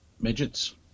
midgets